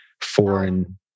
foreign